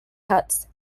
cuts